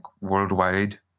worldwide